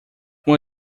uma